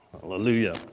Hallelujah